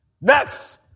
Next